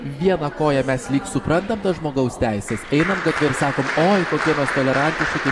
viena koja mes lyg supratam tas žmogaus teises einam ir sakom oi kokie mes tolerantiški